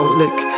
lick